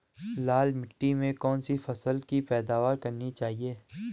लाल मिट्टी में कौन सी फसल की पैदावार करनी चाहिए?